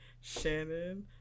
Shannon